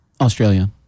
Australia